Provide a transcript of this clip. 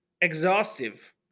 Exhaustive